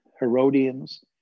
Herodians